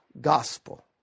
gospel